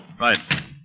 Right